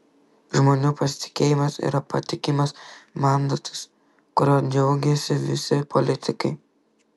žmonių pasitikėjimas yra patikimas mandatas kuriuo džiaugiasi visi politikai